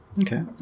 Okay